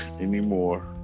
anymore